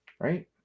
Right